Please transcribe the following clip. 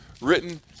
written